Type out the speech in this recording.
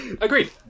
Agreed